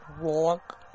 walk